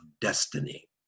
destiny